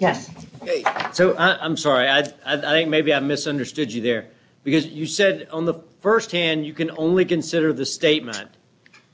yes so i'm sorry adds i think maybe i misunderstood you there because you said on the st hand you can only consider the statement